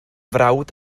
frawd